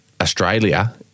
Australia